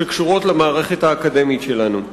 שקשורות למערכת האקדמית שלנו.